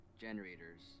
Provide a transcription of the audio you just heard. generators